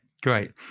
great